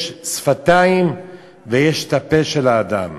יש שפתיים ויש את הפה של האדם.